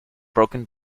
broken